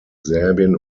serbien